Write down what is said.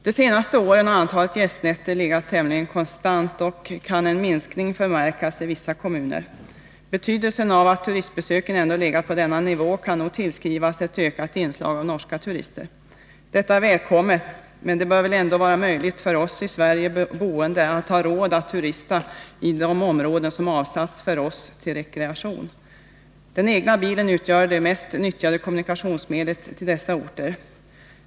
De senaste åren har antalet gästnätter legat tämligen konstant — en minskning kan förmärkas i vissa kommuner. Det faktum att antalet turistbesök ändå har legat på denna nivå kan nog tillskrivas ett ökat inslag av norska turister. Detta är välkommet, men det bör väl ändå vara möjligt för oss i Sverige boende att ha råd att turista i de områden som avsatts till rekreation för oss. Den egna bilen utgör det mest nyttjade kommunikationsmedlet för transporter till dessa orter.